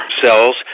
cells